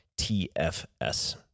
TFS